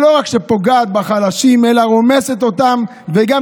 שלא רק שפוגעת בחלשים אלא רומסת אותם וגם